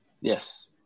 Yes